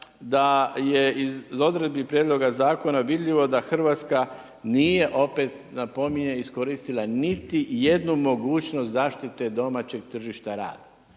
da je iz odredbi prijedloga zakona vidljivo da Hrvatska nije opet, napominjem, iskoristila niti jednu mogućnost zaštite domaćeg tržišta rada.